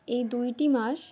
এই দুটি মাস